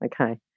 okay